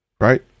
right